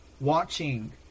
watching